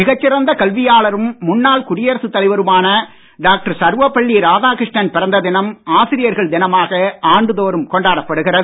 மிகச் சிறந்த கல்வியாளரும் முன்னாள் குடியரசுத் தலைவருமான டாக்டர் சர்வபள்ளி ராதாகிருஷ்ணன் பிறந்த தினம் ஆசிரியர்கள் தினமாக ஆண்டுதோறும் கொண்டாடப்படுகிறது